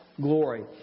glory